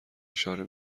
اشاره